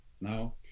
Now